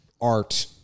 art